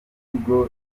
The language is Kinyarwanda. tigo